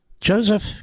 Joseph